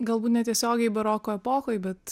galbūt netiesiogiai baroko epochoj bet